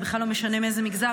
זה בכלל לא משנה מאיזה מגזר,